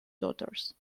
daughters